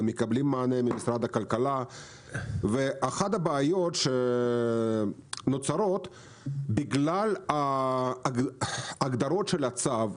מקבלים מענה ממשדר הכלכלה ואחת הבעיות שנוצרות בגלל ההגדרות של הצו,